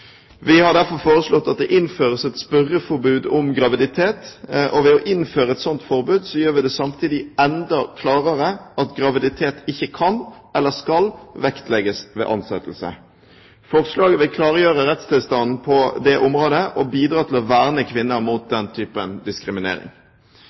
Vi har derfor foreslått at det innføres et spørreforbud om graviditet. Ved å innføre et slikt forbud gjør vi det samtidig enda klarere at graviditet ikke kan eller skal vektlegges ved ansettelse. Forslaget vil klargjøre rettstilstanden på det området og bidra til å verne kvinner mot